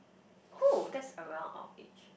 who that's around our age